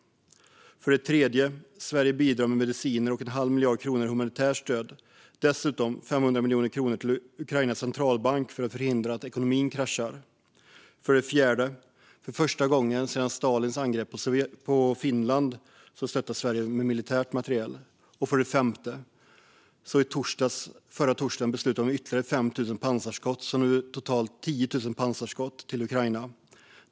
För det tredje bidrar Sverige med mediciner och en halv miljard kronor i humanitärt stöd och dessutom med 500 miljoner kronor till Ukrainas centralbank för att förhindra att ekonomin kraschar. För det fjärde stöttar Sverige, för första gången sedan Stalins angrepp på Finland 1939, med militär materiel. För det femte beslutade vi förra torsdagen om att bidra med ytterligare 5 000 pansarskott. Vi har alltså bidragit med totalt 10 000 pansarskott till Ukraina.